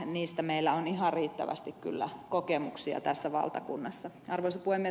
siitä meillä on ihan riittävästi kyllä kokemuksia tässä valtakunnassa